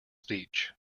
speech